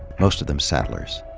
most of them settlers.